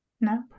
no